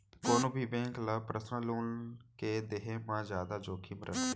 कोनो भी बेंक ल पर्सनल लोन के देहे म जादा जोखिम रथे